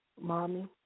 Mommy